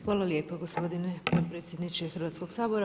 Hvala lijepo gospodine potpredsjedniče Hrvatskoga sabora.